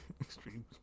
Extreme